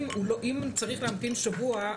אם צריך להמתין שבוע,